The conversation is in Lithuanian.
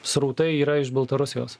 srautai yra iš baltarusijos